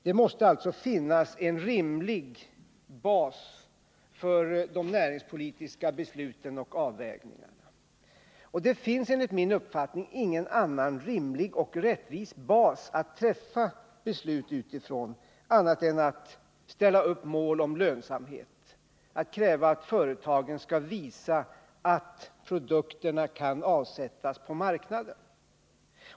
Det måste alltså finnas en rimlig bas för de näringspolitiska besluten och avvägningarna. Det finns enligt min uppfattning ingen annan rimlig och rättvis bas att träffa beslut utifrån än att ställa upp mål om lönsamheten, att kräva att företagen skall visa att produkterna kan avsättas på marknaden.